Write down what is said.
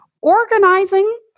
Organizing